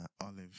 olive